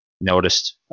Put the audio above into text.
noticed